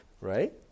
right